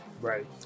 Right